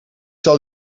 zal